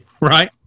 Right